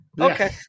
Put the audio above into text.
okay